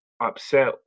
upset